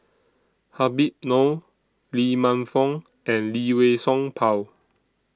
Habib Noh Lee Man Fong and Lee Wei Song Paul